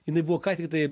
jinai buvo ką tiktai